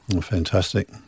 Fantastic